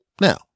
Now